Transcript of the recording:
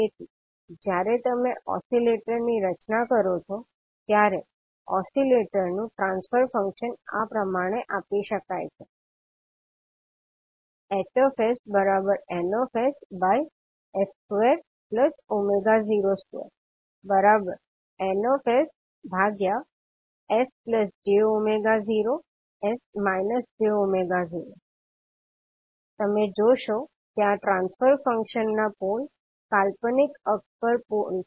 તેથી જ્યારે તમે ઓસીલેટરની રચના કરો છો ત્યારે ઓસીલેટર નું ટ્રાન્સફર ફંક્શન આ પ્રમાણે આપી શકાય છે HsNs202Nsj0 તમે જોશો કે આ ટ્રાન્સફર ફંક્શનના પોલ કાલ્પનિક અક્ષ પર છે